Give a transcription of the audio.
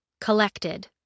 collected